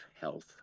health